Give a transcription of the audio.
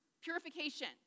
purification